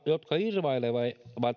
jotka irvailevat